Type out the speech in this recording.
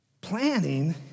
Planning